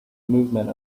movement